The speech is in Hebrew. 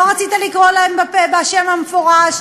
לא רצית לקרוא להן בשם המפורש,